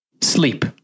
Sleep